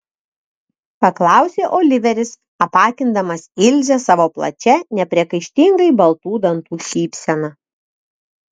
paklausė oliveris apakindamas ilzę savo plačia nepriekaištingai baltų dantų šypsena